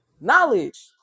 knowledge